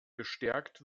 gestärkt